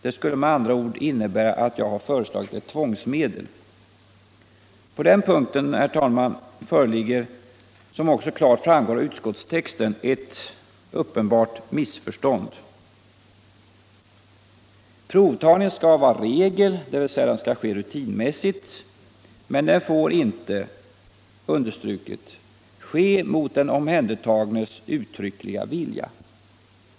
Det skulle med andra ord innebära att jag föreslagit ett tvångsmedel. På den punkten föreligger, herr talman, som också klart framgår av utskottstexien, ett uppenbart missförstånd. Provtagning skall vara regel. dvs. skall ske rutinmässigt, men får inte — jag vill understryka det — 171 ske mot den omhiändertagnes uttryckliga vilja.